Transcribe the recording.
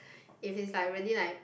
if it's like really like